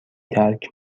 ترک